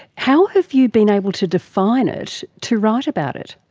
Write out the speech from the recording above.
how have you been able to define it to write about it?